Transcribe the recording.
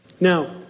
Now